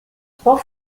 trois